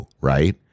right